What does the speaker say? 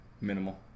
Minimal